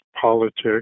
politics